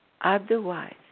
Otherwise